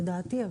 לדעתי.